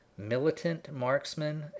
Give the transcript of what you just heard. militantmarksman